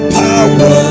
power